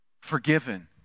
forgiven